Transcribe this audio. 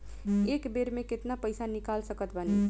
एक बेर मे केतना पैसा निकाल सकत बानी?